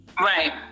right